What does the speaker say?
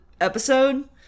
episode